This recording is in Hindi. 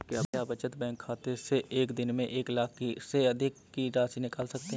क्या बचत बैंक खाते से एक दिन में एक लाख से अधिक की राशि निकाल सकते हैं?